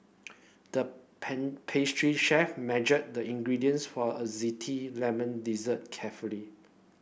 the pen pastry chef measured the ingredients for a lemon dessert carefully